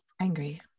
angry